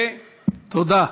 תודה.